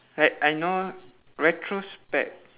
like I know retrospect